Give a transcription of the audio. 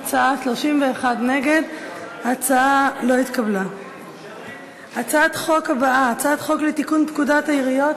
מסדר-היום את הצעת חוק לתיקון פקודת העיריות